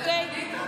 איזו ערנות.